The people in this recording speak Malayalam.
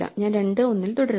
ഞാൻ 2 1 ൽ തുടരുന്നു